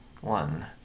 One